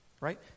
right